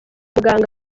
muganga